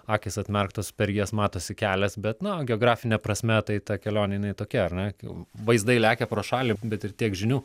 akys atmerktos per jas matosi kelias bet nu geografine prasme tai ta kelionė jinai tokia ar ne vaizdai lekia pro šalį bet ir tiek žinių